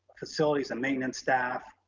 facilities and maintenance staff,